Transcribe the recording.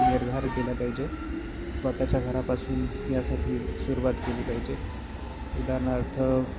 निर्धार केला पाहिजे स्वतःच्या घरापासून यासाठी सुरुवात केली पाहिजे उदाहरणार्थ